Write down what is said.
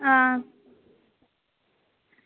हां